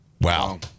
Wow